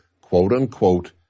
quote-unquote